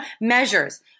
measures